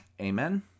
Amen